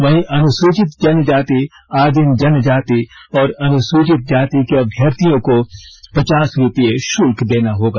वहीं अनुसूचित जनजाति आदिम जनजाति और अनुसूचित जाति के अभ्यर्थियों को पचास रूपये शुल्क देना होगा